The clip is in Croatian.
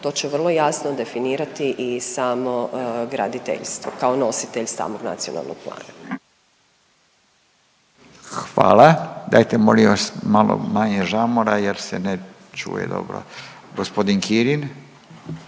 to će vrlo jasno definirati i samo graditeljstvo kao nositelj stalnog nacionalnog plana. **Radin, Furio (Nezavisni)** Hvala. Dajte molim vas malo manje žamora, jer se ne čuje dobro. Gospodin Kirin.